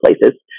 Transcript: places